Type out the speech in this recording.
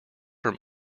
from